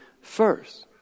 first